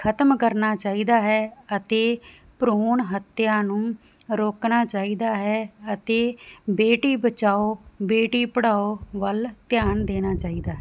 ਖਤਮ ਕਰਨਾ ਚਾਹੀਦਾ ਹੈ ਅਤੇ ਭਰੂਣ ਹੱਤਿਆ ਨੂੰ ਰੋਕਣਾ ਚਾਹੀਦਾ ਹੈ ਅਤੇ ਬੇਟੀ ਬਚਾਓ ਬੇਟੀ ਪੜ੍ਹਾਓ ਵੱਲ ਧਿਆਨ ਦੇਣਾ ਚਾਹੀਦਾ ਹੈ